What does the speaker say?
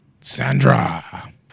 Sandra